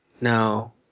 no